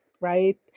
right